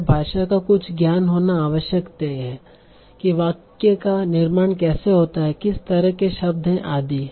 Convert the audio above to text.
हमें भाषा का कुछ ज्ञान होना आवश्यक है कि वाक्य का निर्माण कैसे होता है किस तरह के शब्द हैं आदि